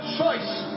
choice